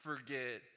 Forget